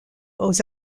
aux